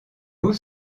haut